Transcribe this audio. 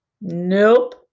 Nope